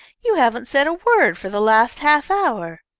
you haven't said a word for the last half hour.